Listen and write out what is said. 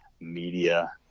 Media